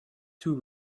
two